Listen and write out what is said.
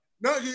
No